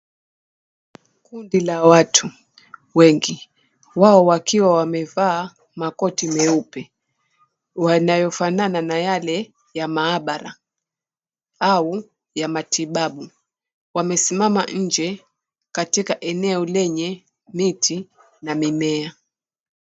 Kundi la watu wengi wao wakiwa wamevaa makoti meupe yanayofanana na yale ya maabara au ya matibabu. Wamesimama nje katika eneo lenye miti na mimea.